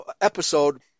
episode